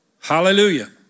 Hallelujah